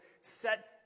set